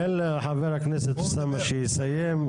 תן לחבר הכנסת אוסאמה שהוא יסיים,